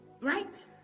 Right